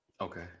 Okay